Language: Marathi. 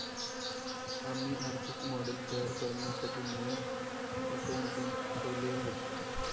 आम्ही आर्थिक मॉडेल तयार करण्यासाठी नवीन अकाउंटंट ठेवले आहे